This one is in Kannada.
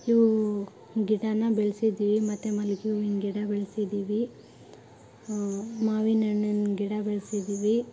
ಇವೂ ಗಿಡಾನ ಬೆಳ್ಸಿದೀವಿ ಮತ್ತು ಮಲ್ಲಿಗೆ ಹೂವಿನ್ ಗಿಡ ಬೆಳ್ಸಿದೀವಿ ಮಾವಿನ ಹಣ್ಣಿನ್ ಗಿಡ ಬೆಳ್ಸಿದೀವಿ